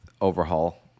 overhaul